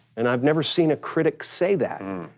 and i've never seen a critic say that.